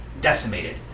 decimated